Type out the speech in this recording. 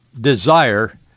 desire